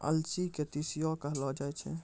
अलसी के तीसियो कहलो जाय छै